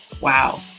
Wow